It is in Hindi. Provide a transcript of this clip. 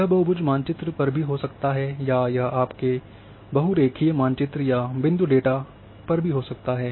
यह बहुभुज मानचित्र पर भी हो सकता है या यह आपके बहुरेखीय मानचित्र या बिंदु डेटा का भी हो सकता है